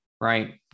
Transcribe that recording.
Right